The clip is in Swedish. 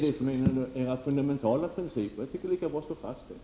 Det är era fundamentala principer — det är lika bra att slå fast det.